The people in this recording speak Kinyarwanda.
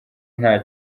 nta